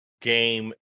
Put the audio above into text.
game